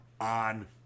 on